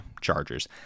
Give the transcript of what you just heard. Chargers